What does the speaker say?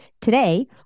Today